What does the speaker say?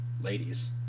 ladies